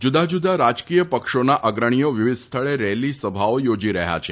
જુદાં જુદાં રાજકીય પક્ષોના અગ્રણીઓ વિવિધ સ્થળે રેલી સભાઓ યોજી રહ્યાં છે